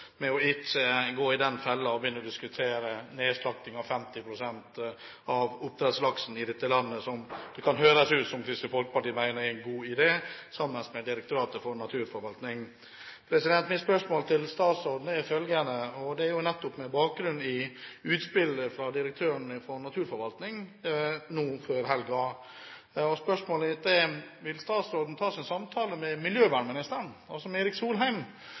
ikke går i den fellen å begynne å diskutere nedslakting av 50 pst. av oppdrettslaksen i dette landet, som det kan høres ut som Kristelig Folkeparti mener er en god idé, sammen med Direktoratet for naturforvaltning. Mitt spørsmål til statsråden er følgende, nettopp med bakgrunn i utspill fra direktøren i Direktoratet for naturforvaltning nå før helgen: Vil statsråden ta en samtale med miljøvernministeren, altså med Erik Solheim,